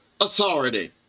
authority